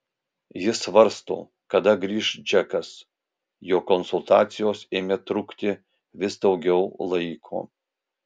ji svarsto kada grįš džekas jo konsultacijos ėmė trukti vis daugiau laiko